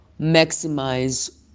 maximize